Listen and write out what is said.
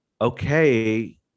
Okay